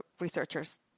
researchers